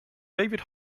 david